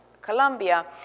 Colombia